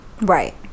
Right